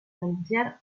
denunciar